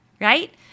right